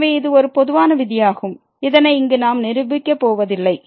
எனவே இது ஒரு பொதுவான விதியாகும் இதனை இங்கு நாம் நிரூபிக்கப் போவதில்லை